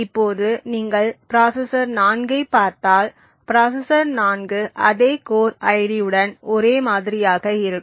இப்போது நீங்கள் ப்ராசசர் 4 ஐப் பார்த்தால் ப்ராசசர் 4 அதே கோர் ஐடியுடன் ஒரே மாதிரியாக இருக்கும்